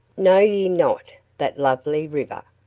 know ye not that lovely river?